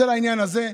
זה לעניין הזה.